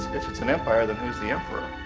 if it's an empire, then who is the emperor?